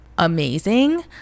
Amazing